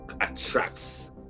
attracts